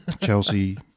Chelsea